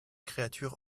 créatures